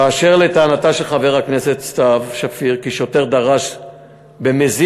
אשר לטענת חבר הכנסת סתיו שפיר כי שוטר דרס במזיד,